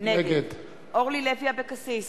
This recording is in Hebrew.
נגד אורלי לוי אבקסיס,